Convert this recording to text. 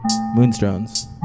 Moonstones